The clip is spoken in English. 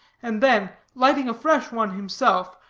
and then lighting a fresh one himself,